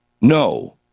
no